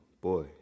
boy